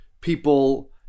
people